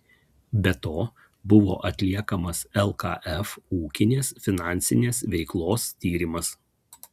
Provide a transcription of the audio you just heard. be to buvo atliekamas lkf ūkinės finansinės veiklos tyrimas